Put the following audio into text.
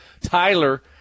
Tyler